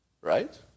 right